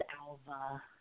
Alva